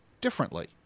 differently